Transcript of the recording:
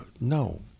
No